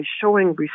showing